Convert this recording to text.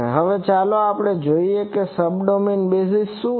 હવે ચાલો પહેલા જોઈએ કે સબડોમેઇન બેઝીસ શુ છે